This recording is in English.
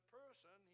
person